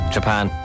Japan